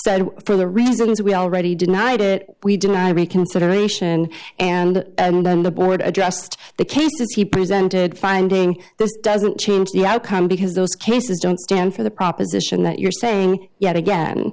board for the reasons we already denied it we deny reconsideration and then the board addressed the cases he presented finding this doesn't change the outcome because those cases don't stand for the proposition that you're saying yet again